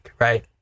Right